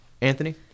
Anthony